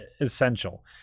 essential